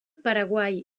paraguai